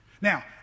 Now